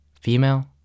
Female